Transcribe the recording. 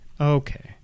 Okay